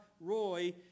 Roy